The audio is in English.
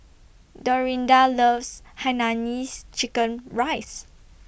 Dorinda loves Hainanese Chicken Rice